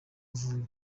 uvuye